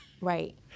Right